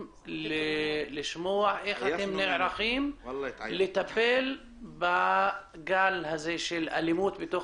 אלא איך אתם נערכים לטפל בגל האלימות הזו בתוך